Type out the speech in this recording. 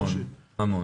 המון.